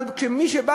אבל כשמי שבא